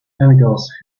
engels